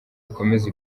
ikomeze